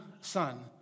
son